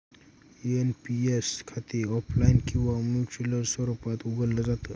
NPS खाते offline किंवा manual स्वरूपात उघडलं जात